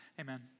Amen